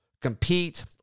compete